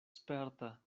sperta